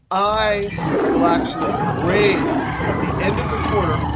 i will actually grade. at the end of the quarter,